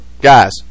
guys